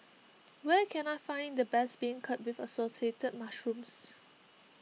where can I find the best Beancurd with Assorted Mushrooms